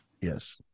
Yes